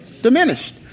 diminished